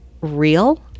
real